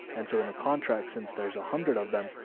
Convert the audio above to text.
and so in a contract, since there's a hundred of them,